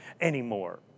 anymore